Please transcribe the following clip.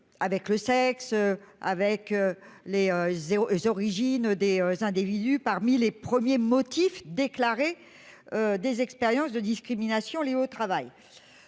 Avec le sexe avec les. Origines des individus parmi les premiers motifs déclaré. Des expériences de discrimination Les au travail.